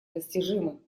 достижимы